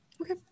Okay